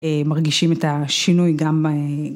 מרגישים את השינוי גם.